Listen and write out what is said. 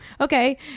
okay